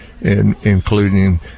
including